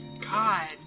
God